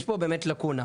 יש פה באמת לקונה.